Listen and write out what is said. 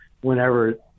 whenever